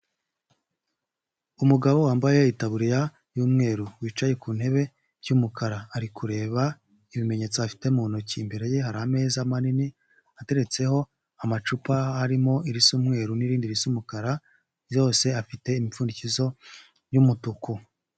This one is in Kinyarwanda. Umugabo wambaye Itaburiya y'umweru wicaye ku ntebe y'umukara ari kureba ibimenyetso afite mu ntoki, imbere ye hari ameza manini ateretseho amacupa arimo irisa umweru n'ibindi bisa umukara zose afite imipfundikizo y'umutuku.